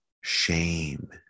shame